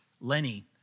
Lenny